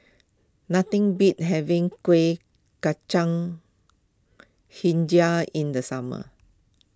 nothing beats having Kuih Kacang HiJau in the summer